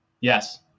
Yes